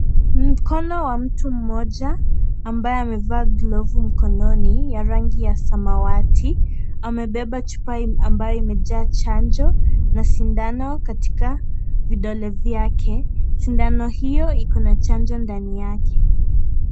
Mkono wa mtu mmoja ambaye amevaa glovu mkononi ya rangi ya samawati amebeba chupa ambayo imejaa chanjo na sindano katika vidole vyake. Sindano hio iko na chanjo ndani yake.